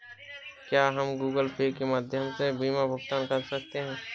क्या हम Google Pay के माध्यम से बीमा का भुगतान कर सकते हैं?